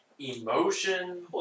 emotion